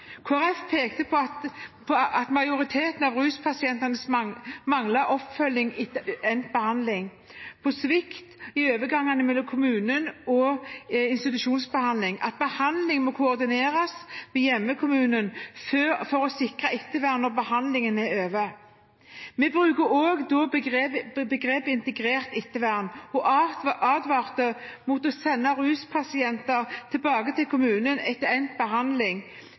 majoriteten av ruspasientene mangler oppfølging etter endt behandling, på svikt i overgangene mellom kommune og institusjonsbehandling og at behandling må koordineres med hjemkommunen for å sikre ettervern når behandlingen er over. Vi brukte også da begrepet «integrert ettervern» og advarte mot å sende ruspasienter tilbake til kommunen etter endt behandling